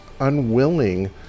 unwilling